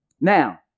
now